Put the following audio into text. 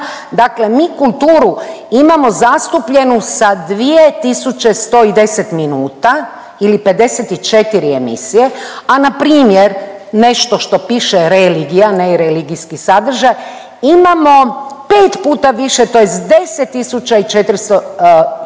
dakle mi kulturu imamo zastupljenu sa 2.110 minuta ili 54 emisije, a npr. nešto što piše religija ne religijski sadržaj imamo pet puta više tj. 10.401 minuta